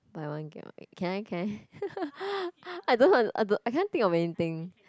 buy one get one can I can I don't know I I cannot think of anything